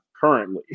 currently